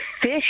Fish